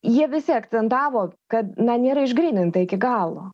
jie visi akcentavo kad na nėra išgryninta iki galo